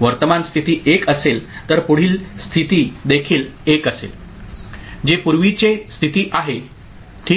वर्तमान स्थिती 1 असेल तर पुढील स्थिती देखील 1 असेल जे पूर्वीचे स्थिती आहे ठीक